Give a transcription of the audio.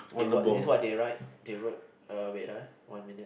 they what is it what they write they wrote wait uh one minute